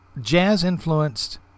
jazz-influenced